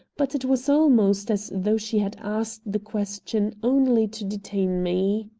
but it was almost as though she had asked the question only to detain me.